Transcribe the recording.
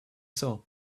saw